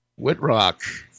Whitrock